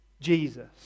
Jesus